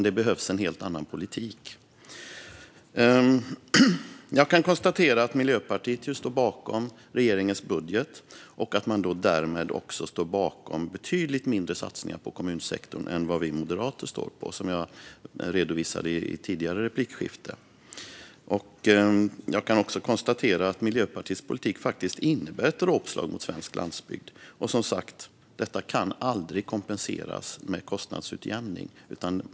Det behövs en helt annan politik. Eftersom Miljöpartiet står bakom regeringens budget står man också bakom betydligt mindre satsningar på kommunsektorn än vad vi moderater står för, vilket jag redovisade i ett tidigare replikskifte. Miljöpartiets politik är ett dråpslag mot svensk landsbygd, och det kan som sagt aldrig kompenseras av kostnadsutjämning.